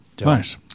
Nice